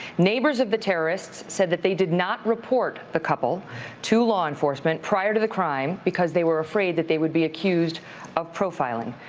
neighbors of the terrorists said that they did not report the couple to law enforcement prior to the crime, because they were afraid that they would be accused of profiling.